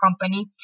company